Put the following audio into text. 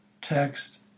text